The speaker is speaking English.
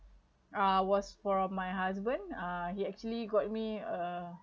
uh was from my husband uh he actually got me a